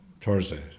Thursday